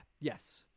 Yes